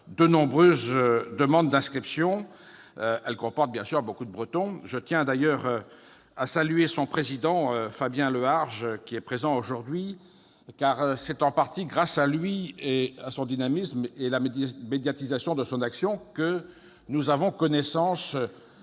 de nombreuses demandes d'inscription. Elle compte bien sûr beaucoup de Bretons. Je tiens d'ailleurs à saluer son président Fabien Lehagre, qui est présent aujourd'hui, car c'est en partie grâce à lui, à son dynamisme et à la médiatisation de son action que nous avons connaissance